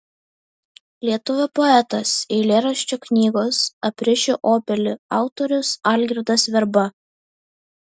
lietuvių poetas eilėraščių knygos aprišiu obelį autorius algirdas verba